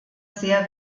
sehr